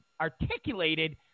Articulated